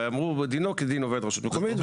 ואמרו דינו כדין עובד רשות מקומית.